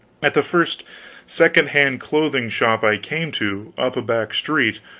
at the first second-hand clothing shop i came to, up a back street,